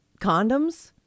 condoms